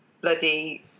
bloody